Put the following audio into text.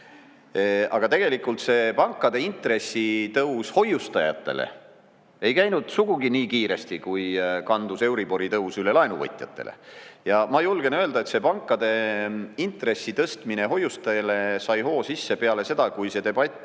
Aga tegelikult see pankade intressi tõus hoiustajatele ei käinud sugugi nii kiiresti, kui kandus euribori tõus üle laenuvõtjatele. Ja ma julgen öelda, et see pankade intressi tõstmine hoiustajale sai hoo sisse peale seda, kui see debatt